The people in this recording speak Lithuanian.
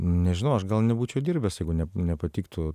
nežinau aš gal nebūčiau dirbęs jeigu ne nepatiktų